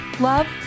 love